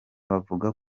bavuga